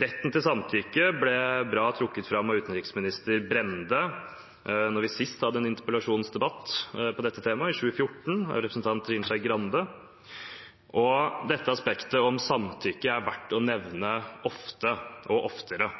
Retten til samtykke ble bl.a. trukket fram av utenriksminister Brende da vi sist hadde en interpellasjonsdebatt om dette temaet – i 2014, fra representant Trine Skei Grande. Aspektet om samtykke er verdt å nevne ofte – og oftere